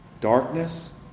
Darkness